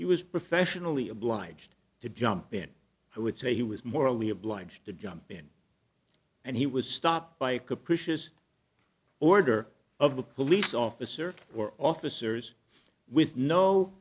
he was professionally obliged to jump in i would say he was morally obliged to jump in and he was stopped by a capricious order of a police officer or officers with no